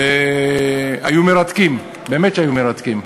והיו מרתקים, באמת שהיו מרתקים.